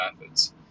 methods